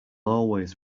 always